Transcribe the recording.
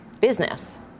business